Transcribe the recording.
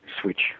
switch